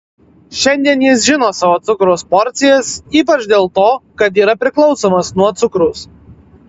šiandien jis žino savo cukraus porcijas ypač dėl to kad yra priklausomas nuo cukraus